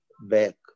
back